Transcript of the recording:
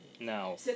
Now